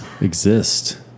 exist